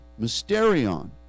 mysterion